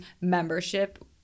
membership